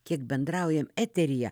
kiek bendraujam eteryje